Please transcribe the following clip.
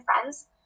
friends